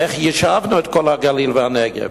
איך יישבנו את הגליל והנגב?